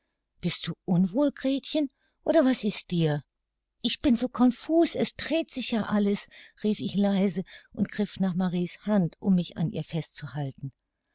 bist du unwohl gretchen oder was ist dir ich bin so confus es dreht sich ja alles rief ich leise und griff nach marie's hand um mich an ihr festzuhalten